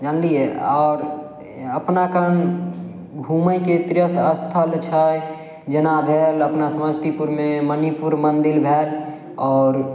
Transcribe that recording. जानलियै आओर अपना कन घूमयके तीर्थस्थल छै जेना भेल अपना समस्तीपुरमे मणिपुर मन्दिर भेल आओर